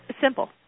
simple